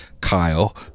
kyle